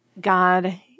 God